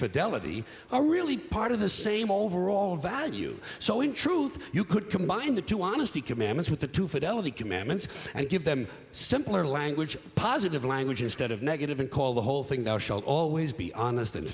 fidelity are really part of the same overall value so in truth you could combine the two honesty commandments with the the commandments and give them simpler language positive language instead of negative and call the whole thing down shall always be honest and